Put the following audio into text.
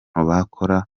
bakora